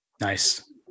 Nice